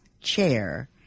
chair